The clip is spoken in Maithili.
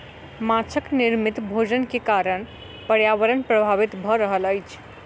माँछक निर्मित भोजन के कारण पर्यावरण प्रभावित भ रहल अछि